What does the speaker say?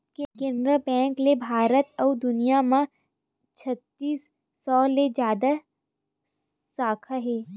Canara bank के भारत अउ दुनिया म छत्तीस सौ ले जादा साखा हे